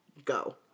Go